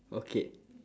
okay